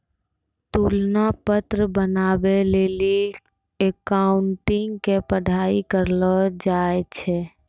तुलना पत्र बनाबै लेली अकाउंटिंग के पढ़ाई करलो जाय छै